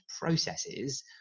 processes